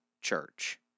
church